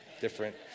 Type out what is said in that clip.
Different